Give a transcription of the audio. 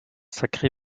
sacré